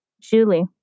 Julie